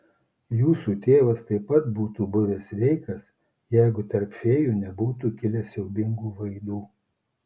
jūsų tėvas taip pat būtų buvęs sveikas jeigu tarp fėjų nebūtų kilę siaubingų vaidų